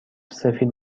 سفید